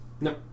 No